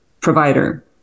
provider